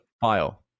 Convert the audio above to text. file